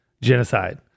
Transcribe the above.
genocide